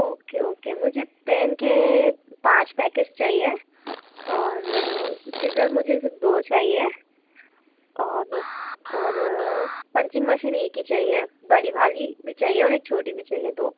okay okay मुझे pen के पांच पैकेट चाहिए और सिज़र मुझे सिर्फ दो चाहिए और और पंचिंग मशीन एक ही चाहिए बड़ी वाली भी चाहिए एक छोटी भी चाहिए दो